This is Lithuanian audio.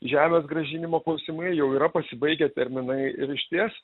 žemės grąžinimo klausimai jau yra pasibaigę terminai ir išties